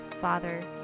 father